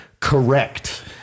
Correct